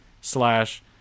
slash